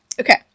Okay